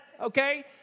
Okay